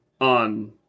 on